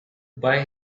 buy